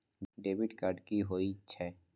Debit card कि होई छै?